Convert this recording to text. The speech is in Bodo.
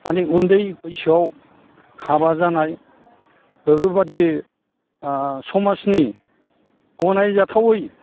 माने उन्दै बैसोआव हाबा जानाय बेफोरबायदि समाजनि गनायजाथावै